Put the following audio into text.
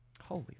Holy